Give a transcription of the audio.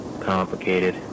complicated